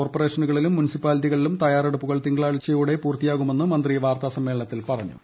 കോർപ്പറേഷനുകളിലും മുൻസിപ്പാലിറ്റികളിലും തയ്യാറെടുപ്പുകൾ തിങ്കളാഴ്ചയോടെ പൂർത്തിയാകുമെന്ന് മന്ത്രി വാർത്താസമ്മേളനത്തിൽ അറിയിച്ചു